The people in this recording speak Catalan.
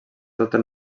tot